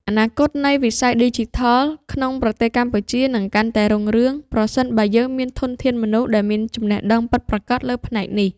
អនាគតនៃវិស័យឌីជីថលក្នុងប្រទេសកម្ពុជានឹងកាន់តែរុងរឿង ប្រសិនបើយើងមានធនធានមនុស្សដែលមានចំណេះដឹងពិតប្រាកដលើផ្នែកនេះ។